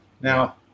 now